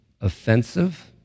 offensive